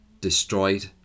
destroyed